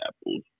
apples